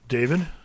David